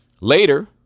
Later